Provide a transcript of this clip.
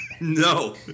No